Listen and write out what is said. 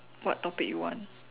what topic you want